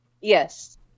yes